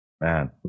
Man